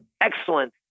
excellent